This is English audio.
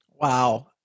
Wow